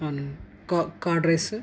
అవునండి curd rice